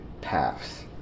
paths